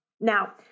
Now